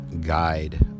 guide